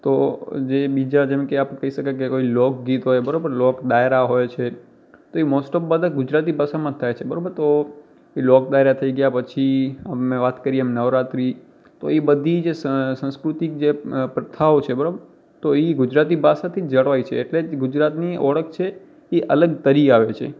તો જે બીજા જેમ કે આપણે કહી શકાય કે કોઈ લોકગીત હોય બરાબર લોક ડાયરા હોય છે તો એ મોસ્ટ ઑફ બધા ગુજરાતી ભાષામાં જ થાય છે બરાબર તો લોક ડાયરા થઇ ગયા પછી અ મેં વાત કરી એમ નવરાત્રિ તો એ બધી જે સં સાંસ્કૃતિક જે પ્રથાઓ છે બરાબર તો એ ગુજરાતી ભાષાથી જળવાઈ છે એટલે ગુજરાતની ઓળખ છે એ અલગ તરી આવે છે